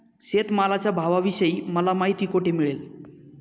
शेतमालाच्या भावाविषयी मला माहिती कोठे मिळेल?